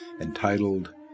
entitled